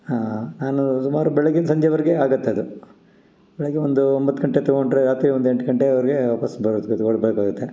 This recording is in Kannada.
ಹಾಂ ನಾನು ಸುಮಾರು ಬೆಳಗಿಂದ ಸಂಜೆವರೆಗೆ ಆಗತ್ತದು ಬೆಳಗ್ಗೆ ಒಂದು ಒಂಬತ್ತು ಗಂಟೆಗೆ ತೊಗೊಂಡ್ರೆ ರಾತ್ರಿ ಒಂದು ಎಂಟು ಗಂಟೆವರೆಗೆ ವಾಪಸ್